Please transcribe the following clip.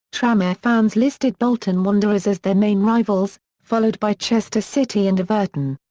tranmere fans listed bolton wanderers as their main rivals, followed by chester city and everton.